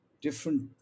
different